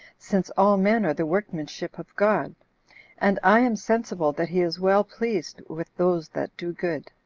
since all men are the workmanship of god and i am sensible that he is well-pleased with those that do good.